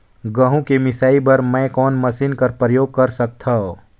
गहूं के मिसाई बर मै कोन मशीन कर प्रयोग कर सकधव?